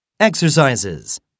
Exercises